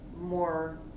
more